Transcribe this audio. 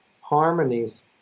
harmonies